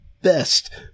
Best